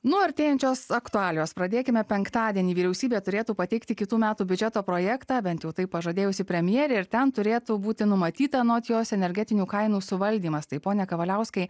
nuo artėjančios aktualijos pradėkime penktadienį vyriausybė turėtų pateikti kitų metų biudžeto projektą bent jau taip pažadėjusi premjerė ir ten turėtų būti numatyta anot jos energetinių kainų suvaldymas tai pone kavaliauskai